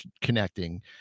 connecting